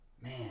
Man